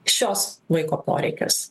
šiuos vaiko poreikius